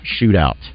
Shootout